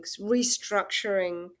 restructuring